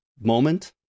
moment